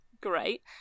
great